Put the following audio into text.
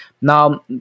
Now